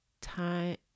time